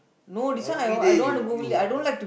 everyday you you